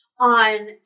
on